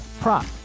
prop